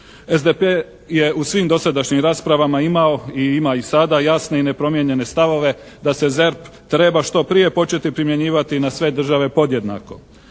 SDP je u svim dosadašnjim raspravama imao i ima i sada jasne i nepromijenjene stavove da se ZERP treba što prije početi primjenjivati na sve države podjednako.